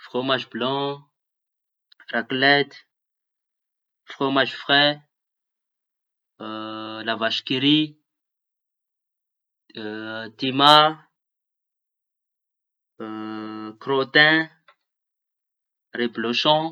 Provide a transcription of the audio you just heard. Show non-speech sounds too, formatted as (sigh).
Fromazy blan, raklety, fromazy fre, (hesitation) lavasykiry, (hesitation) tima, (hesitation) krotain, reblosaon.